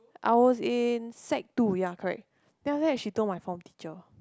I was in sec-two ya correct then after that she told my form teacher